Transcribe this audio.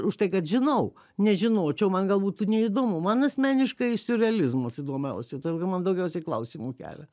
už tai kad žinau nežinočiau man gal būtų neįdomu man asmeniškai siurrealizmas įdomiausia todėl kad man daugiausiai klausimų kelia